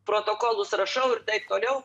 protokolus rašau ir taip toliau